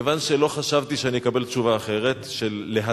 כיוון שלא חשבתי שאני אקבל תשובה אחרת מלהד"ם,